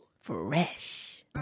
fresh